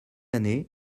année